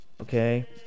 okay